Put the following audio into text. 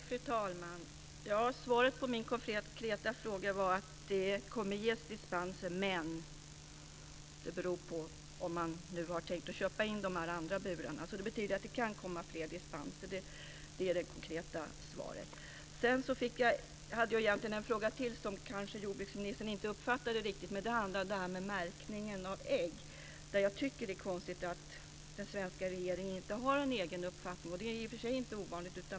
Fru talman! Svaret på min konkreta fråga är att det kommer att ges dispenser, men det beror på om man nu tänkt köpa in de här andra burarna. Det betyder alltså att det kan komma fler dispenser; det är det konkreta svaret. Egentligen hade jag en fråga till, men jordbruksministern uppfattade den kanske inte riktigt. Det handlar då om märkningen av ägg. Jag tycker att det är konstigt att den svenska regeringen inte har en egen uppfattning där, men det är i och för sig inte ovanligt.